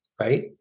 Right